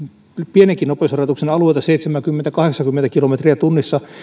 pienenkin nopeusrajoituksen alueita seitsemänkymmentä viiva kahdeksankymmentä kilometriä tunnissa